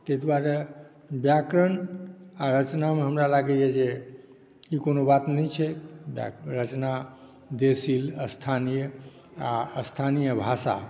तैं दुआरे व्याकरण आ रचनामे हमरा लागैया जे ई कोनो बात नहि छै रचना देशिल स्थानीय आ स्थानीय भाषा